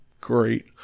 great